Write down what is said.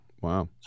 Wow